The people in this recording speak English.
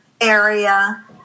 area